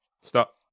stop